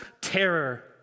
terror